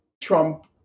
Trump